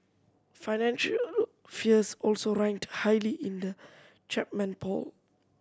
financial fears also ranked highly in the Chapman poll